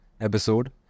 episode